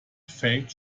faith